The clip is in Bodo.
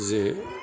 जे